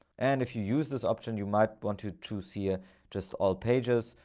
and if you use this option, you might want to to see ah just all pages,